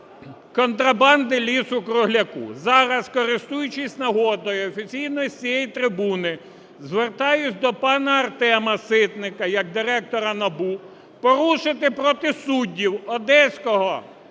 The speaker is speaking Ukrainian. контрабанди лісу-кругляку. Зараз, користуючись нагодою, офіційно з цієї трибуни звертаюся до пана Артема Ситника як директора НАБУ порушити проти суддів Одеського